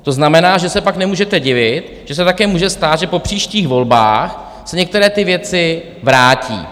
To znamená, že se pak nemůžete divit, že se také může stát, že po příštích volbách se některé ty věci vrátí.